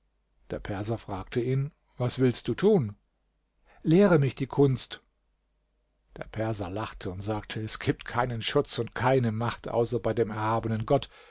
der perser fragte ihn was willst du tun lehre mich die kunst der perser lachte und sagte es gibt keinen schutz und keine macht außer bei dem erhabenen gott